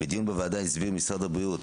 בדיון בוועדה משרד הבריאות